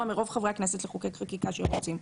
מרוב חברי הכנסת לחוקק חקיקה כשרוצים.